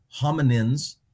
hominins